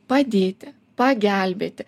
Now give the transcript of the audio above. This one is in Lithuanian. padėti pagelbėti